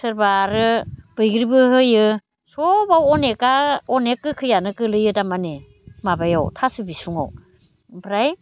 सोरबा आरो बैग्रिबो होयो सबाव आनेका अनेक गोखैयानो गोलैयो तारमाने माबायाव थास' बिसुङाव ओमफ्राय